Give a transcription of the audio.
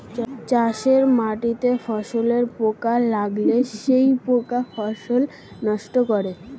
চাষের মাটিতে ফসলে পোকা লাগলে সেই পোকা ফসল নষ্ট করে